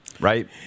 right